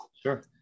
Sure